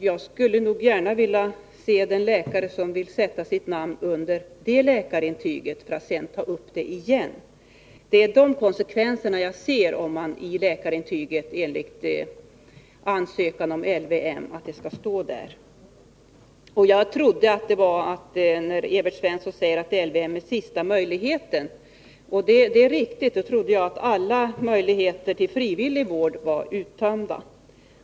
Jag skulle gärna vilja se den läkare som vill sätta sitt namn under ett intyg som sedan kan rivas upp. Evert Svensson säger att LVM är sista möjligheten, och det är riktigt. Jag trodde att LVM skulle tillämpas först när alla möjligheter till frivillig vård var uttömda.